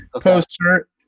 poster